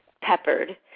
peppered